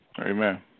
Amen